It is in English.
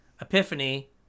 epiphany